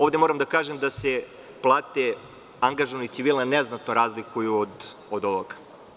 Ovde moram da kažem da se plate angažovanih civila neznatno razlikuju od ovoga.